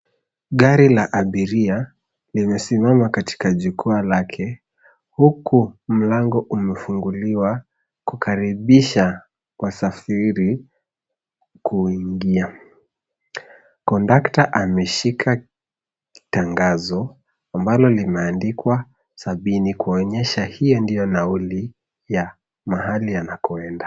Gari la abiria limesimama katika jikuwaa lake, huku mlango umefunguliwa kukaribisha wasafiri kuingia. Kondakta ameshika tangazo ambalo limeandikwa sabini kuonyesha hiyo ndiyo nauli ya mahali anakoenda.